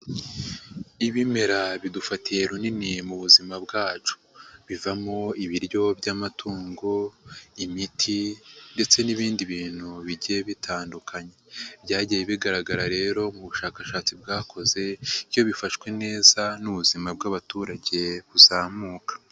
Ibimera bidufatiye runini mu buzima bwacu bivamo ibiryo by'amatungo, imiti ndetse n'ibindi bintu bigiye bitandukanye, byagiye bigaragara rero mu bushakashatsi bwakoze ko iyo bifashwe neza n'ubuzima bw'abaturage buzamuka.